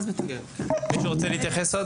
עוד מישהו רוצה להתייחס?